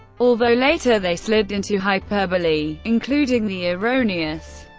although later they slid into hyperbole, including the erroneous,